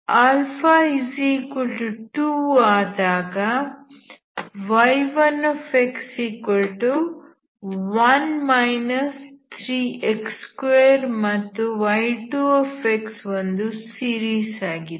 α2 ಆದಾಗ y1x1 3x2 ಮತ್ತು y2x ಒಂದು ಸೀರೀಸ್ ಆಗಿದೆ